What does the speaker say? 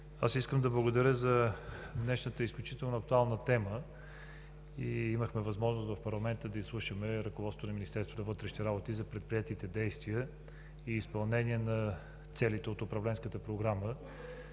Искам да благодаря за днешната изключително актуална тема. Имахме възможност в парламента да изслушаме ръководството на Министерството на вътрешните работи за предприетите действия и изпълнения на целите от управленската програма